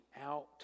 out